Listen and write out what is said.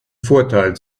vorteil